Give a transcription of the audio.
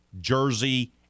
Jersey